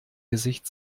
gesicht